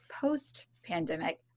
post-pandemic